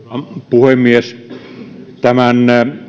puhemies tämän